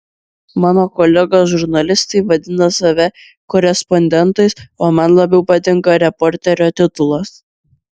mano kolegos žurnalistai vadina save korespondentais o man labiau patinka reporterio titulas